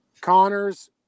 Connor's